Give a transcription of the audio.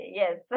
yes